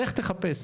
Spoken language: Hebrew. לך תחפש.